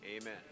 Amen